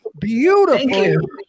beautiful